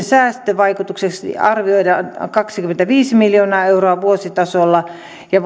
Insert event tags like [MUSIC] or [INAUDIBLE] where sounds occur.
[UNINTELLIGIBLE] säästövaikutukseksi arvioidaan kaksikymmentäviisi miljoonaa euroa vuositasolla ja [UNINTELLIGIBLE]